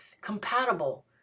compatible